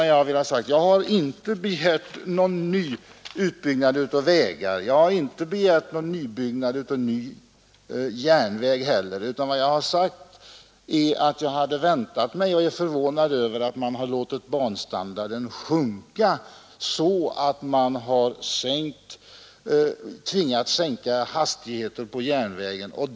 Jag har inte begärt någon utbyggnad av vägar eller någon nybyggnad av järnväg. Men jag har sagt att jag är förvånad över att man har låtit banstandarden sjunka så att man tvingats sänka hastigheten på järnvägen.